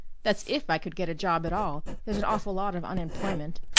that's if i could get a job at all there's an awful lot of unemployment.